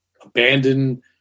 abandoned